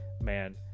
man